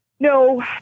No